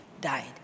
died